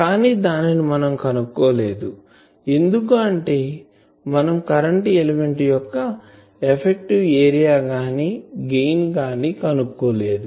కానీ దానిని మనం కనుక్కోలేదు ఎందుకు అంటే మనం కరెంటు ఎలిమెంట్ యొక్క ఎఫెక్టివ్ ఏరియా గాని గెయిన్ గాని కనుక్కోలేదు